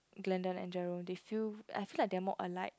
Glendon and Jerome they feel I feel like they are more alike